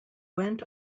went